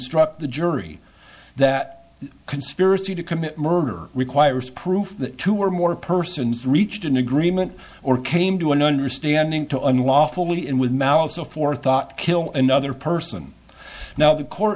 instruct the jury that conspiracy to commit murder requires proof that two or more persons reached an agreement or came to an understanding to unlawfully and with malice aforethought kill another person now the court